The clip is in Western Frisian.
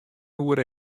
oere